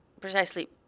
precisely